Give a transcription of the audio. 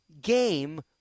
game